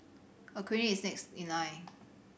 a clinic is next in line